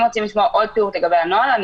אם רוצים לשמוע עוד פירוט לגבי הנוהל אני